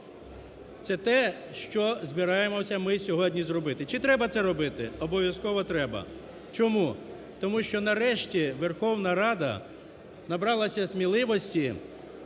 Це те, що збираємося ми сьогодні зробити. Чи треба це робити? Обов'язково треба. Чому? Тому що нарешті Верховна Рада набралася сміливості